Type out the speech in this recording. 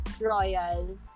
royal